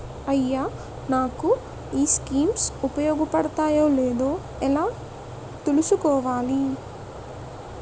అయ్యా నాకు ఈ స్కీమ్స్ ఉపయోగ పడతయో లేదో ఎలా తులుసుకోవాలి?